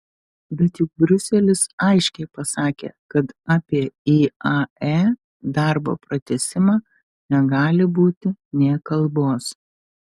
bet juk briuselis aiškiai pasakė kad apie iae darbo pratęsimą negali būti nė kalbos